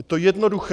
Je to jednoduché.